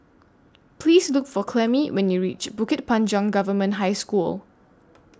Please Look For Clemie when YOU REACH Bukit Panjang Government High School